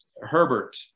Herbert